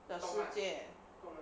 的世界